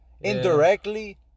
indirectly